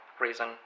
reason